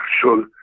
sure